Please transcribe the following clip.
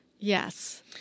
Yes